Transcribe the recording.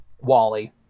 wally